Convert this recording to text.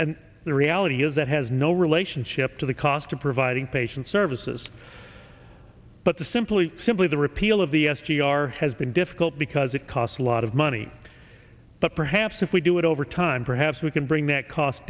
and the reality is that has no relationship to the cost of providing patient services but the simply simply the repeal of the s t r has been difficult because it costs a lot of money but perhaps if we do it over time perhaps we can bring that cost